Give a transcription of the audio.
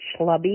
schlubby